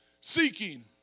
seeking